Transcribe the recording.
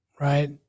right